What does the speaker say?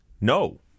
No